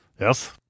Yes